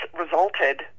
resulted